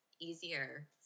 easier